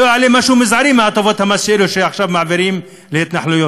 לא יעלה משהו מזערי מהטבות המס שעכשיו מעבירים להתנחלויות.